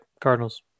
Cardinals